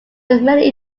many